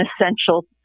essential